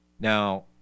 Now